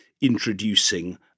introducing